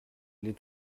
les